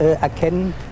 erkennen